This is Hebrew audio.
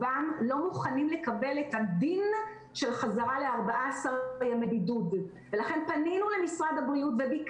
נדאג לקבל תשובות עכשיו ממשרד הבריאות בכל הנושא של הבדיקות האלה,